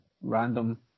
random